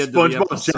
Spongebob